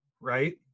right